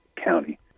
County